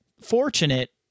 fortunate